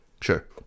sure